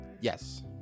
yes